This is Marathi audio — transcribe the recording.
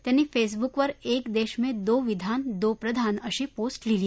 त्यांनी फेसबुकवर एक देश मे दो विधान दो प्रधान अशी पोस्ट लिहिली